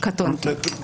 קטונתי.